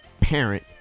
parent